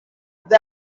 the